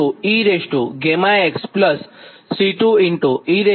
આ સમીકરણ 26 છે